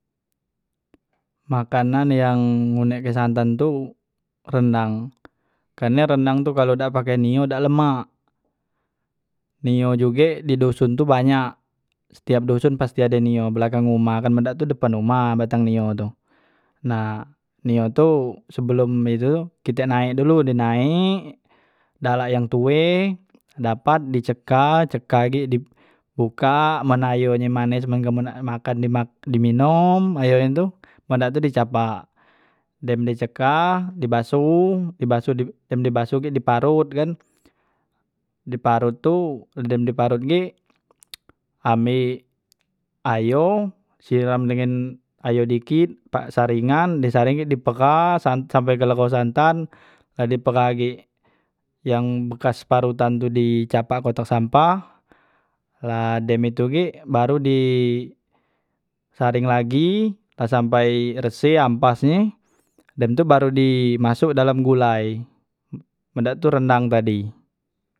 Makanan yang nguneke santen tu rendang, karne rendang tu kalu dak pake nio dak lemak, nio juge di duson tu banyak setiap duson pasti ade nio belakang umah kan men dak tu depan umah batang nio tu nah nio tu sebelum itu kite naik dulu, di naek dala yang tue dapat di cekal, cekal gek di buka man ayo nye manis man kamu nak makan di minom ayo nye tu men dak tu di capak, dem di ceka di basoh di basoh dem di basoh di parot kan di parot tu dem di parot gek ambek ayo siram dengan ayo dikit pak sarengan di sareng gek di peras san sampe kelegho santan la di pera gek yang bekas parotan tu di capak kotak sampah la dem itu gek baru di sareng lagi la sampai resi ampas nye dem tu baru di masuk dalam gulai men dak tu rendang tadi.